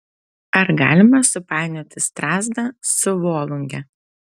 ar galima supainioti strazdą su volunge